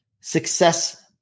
success